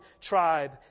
tribe